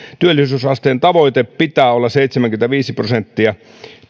työllisyysasteen tavoitteen pitää olla seitsemänkymmentäviisi prosenttia